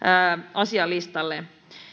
asialistalle